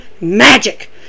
magic